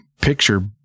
picture